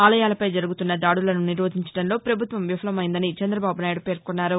ఆలయాలపై జరుగుతున్న దాడులను నిరోధించడంలో ప్రభుత్వం విఫలమైందని చంద్రదబాబునాయుడు పేర్కొన్నారు